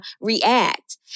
react